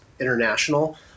international